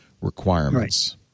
requirements